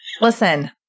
Listen